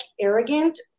arrogant